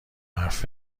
حرف